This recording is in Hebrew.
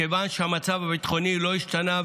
מכיוון שהמצב הביטחוני לא השתנה,